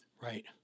Right